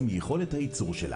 מי ציווה עליהן?